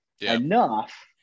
enough